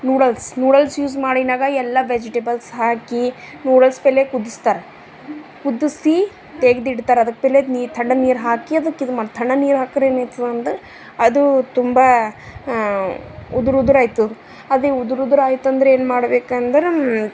noodles noodles use ಮಾಡಿನ್ದಾಗ ಎಲ್ಲ vegetables ಹಾಕಿ ನೂಡಲ್ಸ್ ಪೆಹ್ಲೆ ಕುದಿಸ್ತಾರ ಕುದಿಸಿ ತೆಗ್ದಿಡ್ತಾರ ಅದಕ್ಕೆ ಪೆಹ್ಲೆ ನೀರು ಥಣ್ಣನೆ ನೀರು ಹಾಕಿ ಅದಕ್ಕೆ ಇದು ಮಾಡ್ತರ ಥಣ್ಣನೆ ನೀರು ಹಾಕ್ರೆ ಏನೈತದಂದ್ರ ಅದು ತುಂಬ ಉದುರು ಉದುರೈತದ ಅದೇ ಉದುರು ಉದುರೈತಂದ್ರೇನು ಮಾಡಬೇಕಂದರ